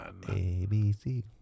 ABC